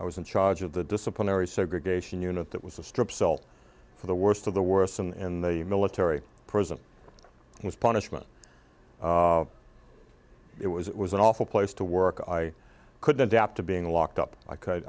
i was in charge of the disciplinary segregation unit that was a strip celt for the worst of the worst and the military prison was punishment it was it was an awful place to work i couldn't adapt to being locked up